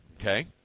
Okay